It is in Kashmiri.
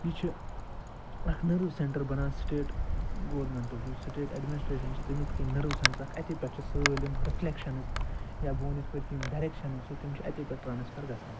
یہِ چھِ اکھ نٔرٕو سینٛٹر بَنان سِٹیٹ گورمِنٹُک یُس سِٹیٹ ایڈمِنسٹریٚشن چھِ تَمیُک چھُ یہِ نٔرٕو سینٛٹر اکھ اَتی پٮ۪ٹھ چھِ سٲلِم رِفلیکشنٕز یا بہٕ ونہٕ یِتھٕ پٲٹھۍ کہِ یِم ڈَریکشنٕز چھِ تِم چھِ اَتے پٮ۪ٹھ ٹرٛانٕسفر گَژھان